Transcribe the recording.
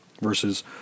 versus